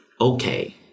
okay